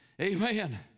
amen